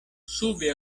sube